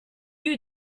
you